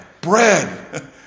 bread